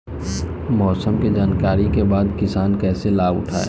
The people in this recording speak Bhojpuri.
मौसम के जानकरी के बाद किसान कैसे लाभ उठाएं?